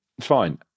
fine